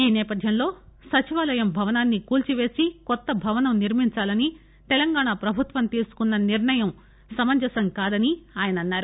ఈ సేథప్యంలో సచివాలయం భవనాన్ని కూర్చిపేసి కొత్త భవనం నిర్మించాలని తెలంగాణ ప్రభుత్వం తీసుకున్న నిర్ణయం సమంజసం కాదని ఆయన అన్నారు